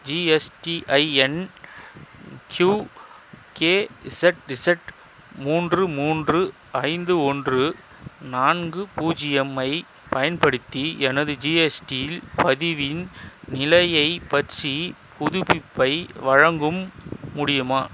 GSTIN Q K Z Z மூன்று மூன்று ஐந்து ஒன்று நான்கு பூஜ்ஜியம் ஐப் பயன்படுத்தி எனது ஜிஎஸ்டியில் பதிவின் நிலையைப் பற்றி புதுப்பிப்பை வழங்கும் முடியுமா